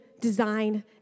design